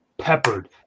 Peppered